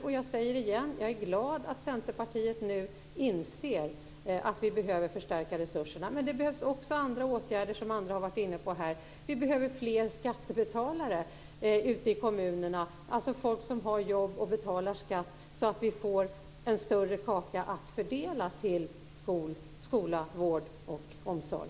Jag är - jag säger det igen - glad att Centerpartiet nu inser att vi behöver förstärka resurserna. Men det behövs också andra åtgärder, som andra talare har tagit upp. Vi behöver fler skattebetalare ute i kommunerna, alltså folk som har jobb och betalar skatt, så att vi får en större kaka att fördela till skola, vård och omsorg.